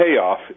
payoff